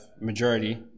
majority